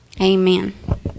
amen